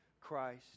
Christ